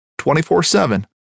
24-7